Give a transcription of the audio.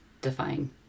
define